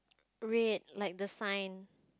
red like the sign